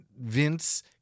vince